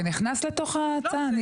זה נכנס לתוך ההצעה?